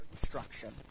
destruction